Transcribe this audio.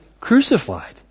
crucified